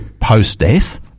post-death